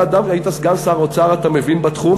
היית סגן שר האוצר אתה מבין בתחום.